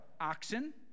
oxen